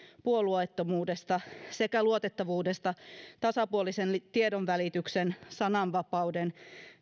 puolueettomuudesta sekä luotettavuudesta tasapuolisen tiedonvälityksen sananvapauden